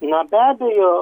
na be abejo